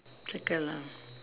circle ah